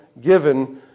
given